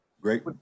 great